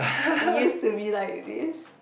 used to be like this